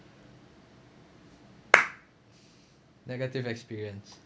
negative experience